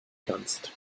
kannst